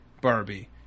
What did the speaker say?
Barbie